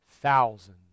thousand